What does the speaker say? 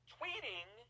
Tweeting